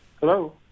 Hello